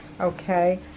Okay